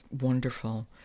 Wonderful